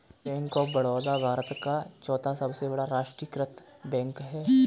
bank of Baroda Bharat का चौथा सबसे बड़ा राष्ट्रीयकृत बैंक है